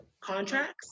contracts